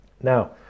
Now